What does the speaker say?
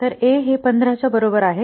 तर a हे 15 च्या बरोबर आहे